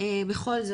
בכל זאת,